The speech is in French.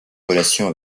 relations